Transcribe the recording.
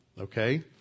okay